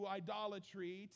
idolatry